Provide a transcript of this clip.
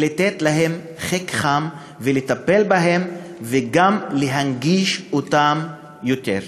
ולתת להם חיק חם ולטפל בהם, וגם להנגיש להם יותר.